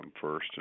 first